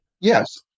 Yes